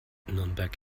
nürnberg